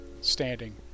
standing